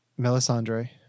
melisandre